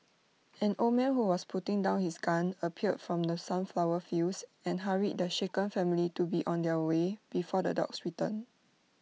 an old man who was putting down his gun appeared from the sunflower fields and hurried the shaken family to be on their way before the dogs return